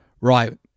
Right